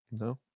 No